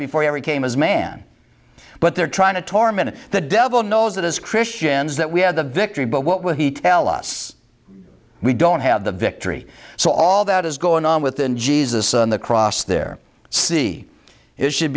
before every came as man but they're trying to torment the devil knows that as christians that we have the victory but what will he tell us we don't have the victory so all that is going on within jesus on the cross there see it should